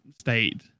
state